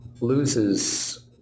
loses